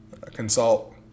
Consult